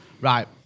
Right